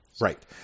right